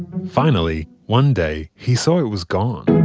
finally, one day, he saw it was gone.